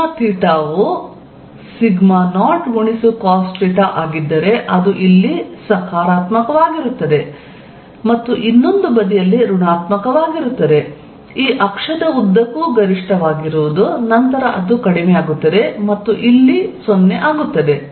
sigma theta ವು 0cosθ ಆಗಿದ್ದರೆ ಅದು ಇಲ್ಲಿ ಸಕಾರಾತ್ಮಕವಾಗಿರುತ್ತದೆ ಮತ್ತು ಇನ್ನೊಂದು ಬದಿಯಲ್ಲಿ ಋಣಾತ್ಮಕವಾಗಿರುತ್ತದೆ ಈ ಅಕ್ಷದ ಉದ್ದಕ್ಕೂ ಗರಿಷ್ಠವಾಗಿರುವುದು ನಂತರ ಅದು ಕಡಿಮೆಯಾಗುತ್ತದೆ ಮತ್ತು ಇಲ್ಲಿ 0 ಆಗುತ್ತದೆ